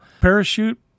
Parachute